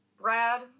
Brad